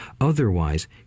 otherwise